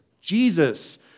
Jesus